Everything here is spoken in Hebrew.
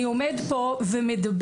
אני עומד פה ומדבר